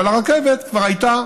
אבל הרכבת כבר הייתה